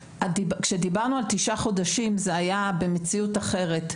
כשדיברנו על תשעה חודשים זה היה במציאות אחרת.